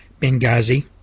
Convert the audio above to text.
Benghazi